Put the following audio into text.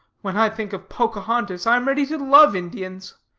when i think of pocahontas, i am ready to love indians.